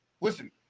listen